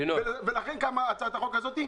לכן נולדה הצעת החוק הזאת.